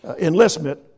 enlistment